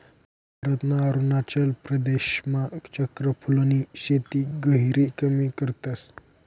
भारतना अरुणाचल प्रदेशमा चक्र फूलनी शेती गहिरी कमी करतस